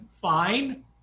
fine